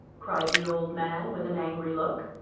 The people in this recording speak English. cried the old man, with an angry look,